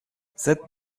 that